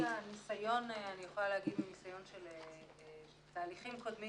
אני יכולה להגיד מניסיון של תהליכים קודמים